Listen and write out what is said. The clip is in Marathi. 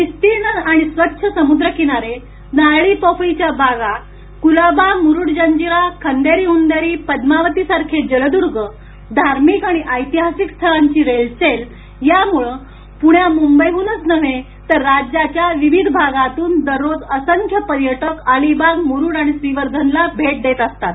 विस्तीर्ण आणि स्वच्छ समूद्र किनारेनारळी पोफळीच्या बागाकुलाबामुरूड जजिराखांदेरी उंदेरीपद्मावती सारखे जलद्गधार्मिक आणि ऐतिहासिक स्थळांची रेलचेलयामुळे पुण्या मुंबईहूनच नव्हे तर राज्याच्या विविध भागातून दररोज असंख्य पर्यटक अलिबागमुरूड आणि श्रीवर्धनला भेट देत असतात